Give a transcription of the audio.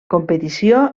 competició